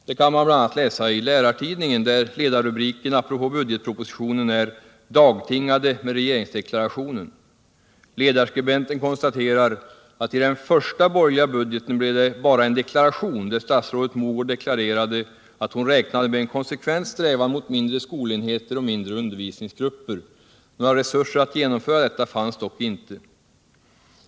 Det kan man bl.a. läsa om i Lärartidningen, där ledarrubriken apropå budgetpropositionen är: ” Dagtingade med regeringsdeklarationen.” Ledarskribenten konstaterar att i den första borgerliga budgeten blev det ”bara en deklaration, där statsrådet Mogård deklarerade att hon räknade med en konsekvent strävan mot mindre skolenheter och mindre undervisningsgrupper. Några resurser att genomföra detta fanns dock inte.